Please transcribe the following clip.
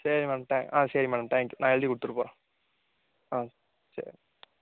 சரி மேடம் தே ஆ சரி மேடம் தேங்க்யூ நான் எழுதி கொடுத்துட்டு போகிறேன் ஆ சரி